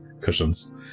cushions